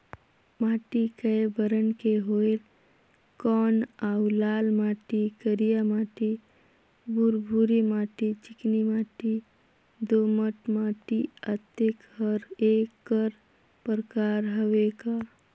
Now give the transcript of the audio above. माटी कये बरन के होयल कौन अउ लाल माटी, करिया माटी, भुरभुरी माटी, चिकनी माटी, दोमट माटी, अतेक हर एकर प्रकार हवे का?